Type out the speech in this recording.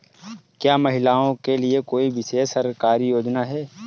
क्या महिलाओं के लिए कोई विशेष सरकारी योजना है?